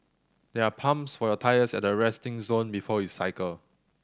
there are pumps for your tyres at the resting zone before you cycle